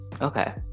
okay